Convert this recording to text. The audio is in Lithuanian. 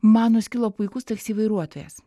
man nuskilo puikus taksi vairuotojas